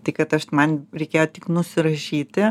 tai kad aš man reikėjo tik nusirašyti